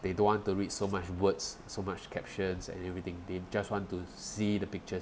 they don't want to read so much words so much captions and everything they just want to see the pictures